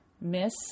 miss